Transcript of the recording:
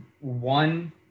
one